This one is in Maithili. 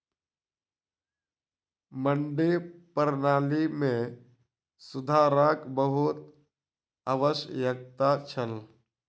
मंडी प्रणाली मे सुधारक बहुत आवश्यकता छल